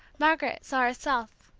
margaret saw herself,